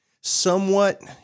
somewhat